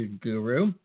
guru